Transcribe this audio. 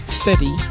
steady